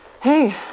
hey